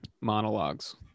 monologues